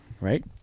right